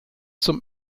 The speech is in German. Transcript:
zum